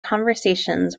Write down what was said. conversations